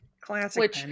classic